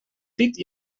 pit